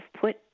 put